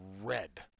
red